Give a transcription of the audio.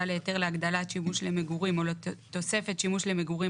להיתר להגדלת שימוש למגורים או לתוספת שימוש למגורים